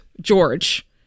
George